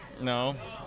no